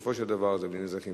בסופו של דבר, זה בלי נזקים.